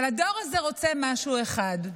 אבל הדור הזה רוצה משהו אחד: